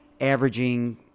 averaging